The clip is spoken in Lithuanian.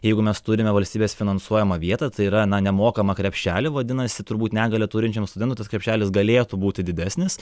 jeigu mes turime valstybės finansuojamą vietą tai yra na nemokamą krepšelį vadinasi turbūt negalią turinčiam studentui tas krepšelis galėtų būti didesnis